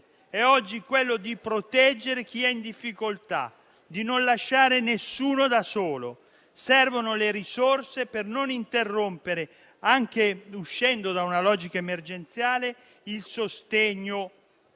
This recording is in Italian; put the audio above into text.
oggi quello di proteggere chi è in difficoltà e di non lasciare nessuno da solo. Servono le risorse per non interrompere, anche uscendo da una logica emergenziale, il sostegno